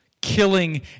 killing